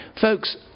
Folks